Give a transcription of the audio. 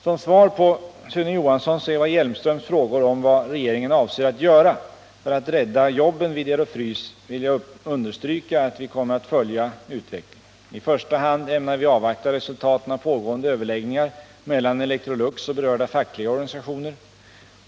Som svar på Sune Johanssons och Eva Hjelmströms frågor om vad regeringen avser att göra för att rädda jobben vid Ero-Frys vill jag understryka att vi kommer att följa utvecklingen. I första hand ämnar vi avvakta resultaten av pågående överläggningar mellan Electrolux och berörda fackliga organisationer.